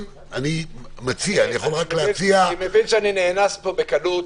אני מבין שאני נאנס פה בקלות,